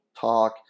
talk